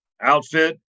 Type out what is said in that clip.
outfit